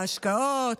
ההשקעות,